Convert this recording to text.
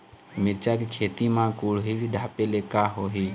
मिरचा के खेती म कुहड़ी ढापे ले का होही?